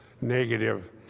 negative